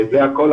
זה הכול,